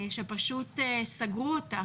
שפשוט סגרו אותה